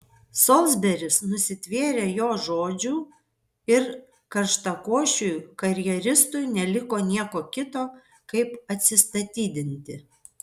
solsberis nusitvėrė jo žodžių ir karštakošiui karjeristui neliko nieko kito kaip atsistatydinti